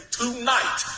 tonight